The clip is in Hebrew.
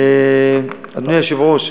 אדוני היושב-ראש,